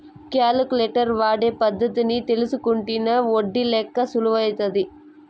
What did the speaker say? calculator వాడే పద్ధతి తెల్సుకుంటినా ఒడ్డి లెక్క సులుమైతాది